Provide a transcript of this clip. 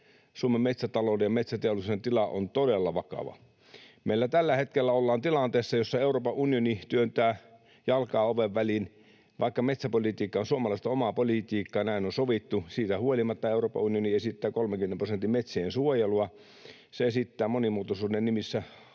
Suomen metsätalouden ja metsäteollisuuden tila on todella vakava. Meillä ollaan tällä hetkellä tilanteessa, jossa Euroopan unioni työntää jalkaa oven väliin, vaikka metsäpolitiikka on suomalaisten omaa politiikkaa, näin on sovittu. Siitä huolimatta Euroopan unioni esittää 30 prosentin metsiensuojelua, se esittää monimuotoisuuden nimissä rajoituksia